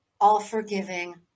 all-forgiving